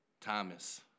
Thomas